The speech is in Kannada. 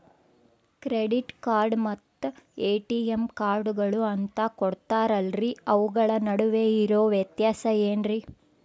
ಕ್ರೆಡಿಟ್ ಕಾರ್ಡ್ ಮತ್ತ ಎ.ಟಿ.ಎಂ ಕಾರ್ಡುಗಳು ಅಂತಾ ಕೊಡುತ್ತಾರಲ್ರಿ ಅವುಗಳ ನಡುವೆ ಇರೋ ವ್ಯತ್ಯಾಸ ಏನ್ರಿ?